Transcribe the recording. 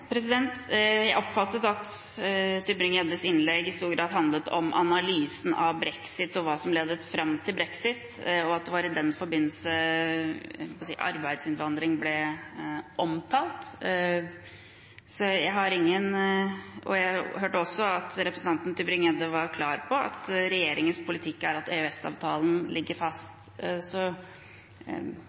Jeg oppfattet at Tybring-Gjeddes innlegg i stor grad handlet om analysen av brexit og hva som ledet fram til brexit, og at det var i den forbindelse arbeidsinnvandring ble omtalt. Jeg hørte også at representanten Tybring-Gjedde var klar på at regjeringens politikk er at EØS-avtalen ligger fast.